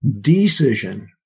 decision